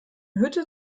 hütte